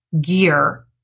gear